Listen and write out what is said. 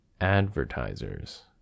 advertisers